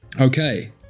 Okay